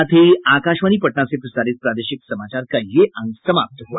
इसके साथ ही आकाशवाणी पटना से प्रसारित प्रादेशिक समाचार का ये अंक समाप्त हुआ